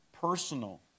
personal